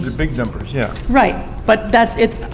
big numbers. yeah right, but that's if,